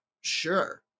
sure